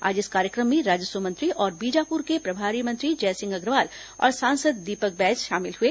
आज इस कार्यक्रम में राजस्व मंत्री और बीजापुर के प्रभारी मंत्री जयसिंह अग्रवाल और सांसद दीपक बैच शामिल हुए